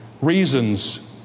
Reasons